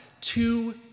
two